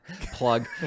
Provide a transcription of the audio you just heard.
plug